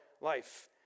life